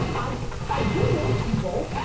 i i do know people,